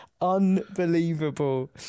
unbelievable